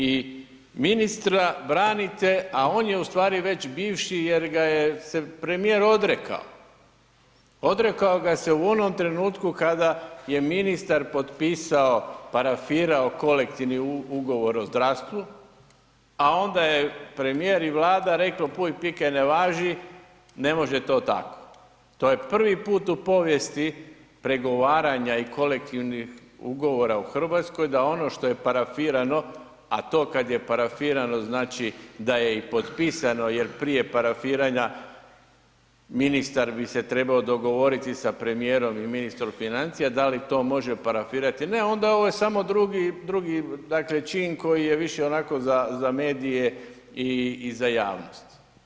I ministra branite, a on je u stvari već bivši jer ga je se premijer odrekao, odrekao ga se je u onom trenutku kada je ministar potpisao, parafirao kolektivni ugovor o zdravstvu, a onda je premijer i Vlada reklo puj pike ne važi, ne može to tako, to je prvi put u povijesti pregovaranja i kolektivnih ugovora u RH da ono što je parafirano, a to kad je parafirano znači da je i potpisano jer prije parafiranja ministar bi se trebao dogovoriti sa premijerom i ministrom financija da li to može parafirati, ne onda ovo je samo drugi, drugi dakle čin koji je više onako za, za medije i za javnost.